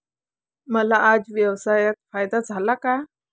आज मला व्यवसायात फायदा झाला आहे